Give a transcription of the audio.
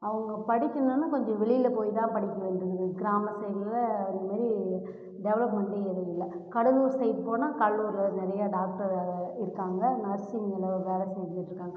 அவங்க படிக்கணும்ன்னா கொஞ்சம் வெளியில் போய் தான் படிக்க வேண்டியிருக்கு கிராம சைடுலேயே இந்தமாதிரி டெவலப்மெண்ட்டே எதுவும் இல்லை கடலூர் சைட் போனால் கடலூரில் நிறையா டாக்டர் இருக்காங்க நர்சிங்கில் ஒரு வேலை செஞ்சுட்டு இருக்காங்க